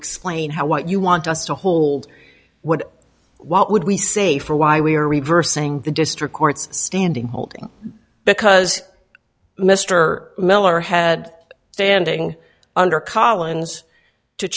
explain how what you want us to hold would what would we say for why we are reversing the district court's standing holding because mr miller had standing under collins to